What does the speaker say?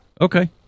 Okay